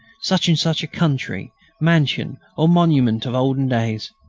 such and such a country mansion or monument of olden days!